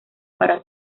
para